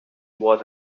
was